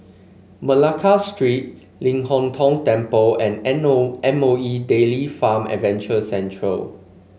Malacca Street Ling Hong Tong Temple and M O M O E Dairy Farm Adventure Centre